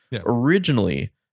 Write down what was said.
Originally